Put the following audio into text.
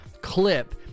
clip